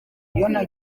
kwiga